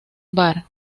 var